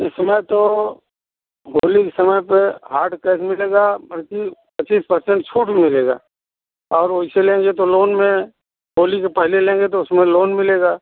इसमें तो होली के समय पर हार्ड कैस मिलेगा बल्कि पच्चीस पर्सेंट छूट मिलेगा और वैसे लेंगे तो लोन में होली के पहले लेंगे तो उसमें लोन मिलेगा